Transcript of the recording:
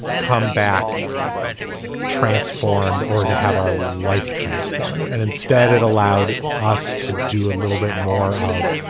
come back transformed or to have our life transformed and instead it allowed us to do a little bit more of